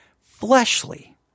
fleshly